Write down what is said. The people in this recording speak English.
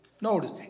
notice